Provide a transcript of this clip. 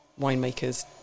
winemakers